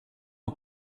aux